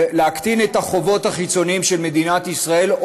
להקטין את החובות החיצוניים של מדינת ישראל,